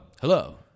Hello